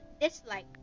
dislike